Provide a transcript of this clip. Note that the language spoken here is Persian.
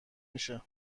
میشه